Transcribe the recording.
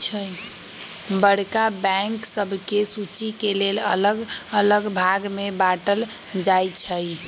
बड़का बैंक सभके सुचि के लेल अल्लग अल्लग भाग में बाटल जाइ छइ